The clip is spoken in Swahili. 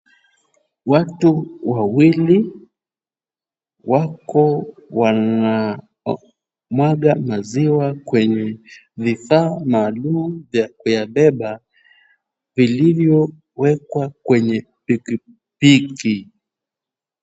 Watu wawili wako wanamwaga maziwa kwenye vifaa maalum vya kuyabeba, vilivyowekwa kwenye pikipiki.